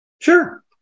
Sure